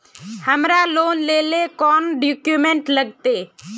हमरा लोन लेले कौन कौन डॉक्यूमेंट लगते?